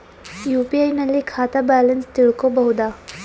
UPI ನಲ್ಲಿ ಖಾತಾ balance ತಿಳಕೊ ಬಹುದಾ?